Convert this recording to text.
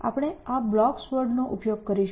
આપણે આ blocks world નો ઉપયોગ કરીશું